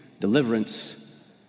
deliverance